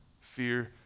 fear